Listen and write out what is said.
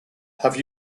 have